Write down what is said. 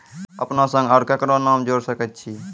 अपन संग आर ककरो नाम जोयर सकैत छी?